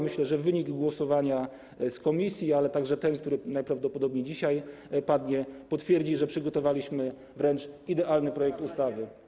Myślę, że wynik głosowania w komisji, ale także ten, który najprawdopodobniej dzisiaj padnie, potwierdzą, że przygotowaliśmy wręcz idealny projekt ustawy.